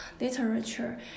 literature